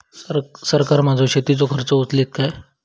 सरकार माझो शेतीचो खर्च उचलीत काय?